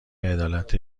عدالت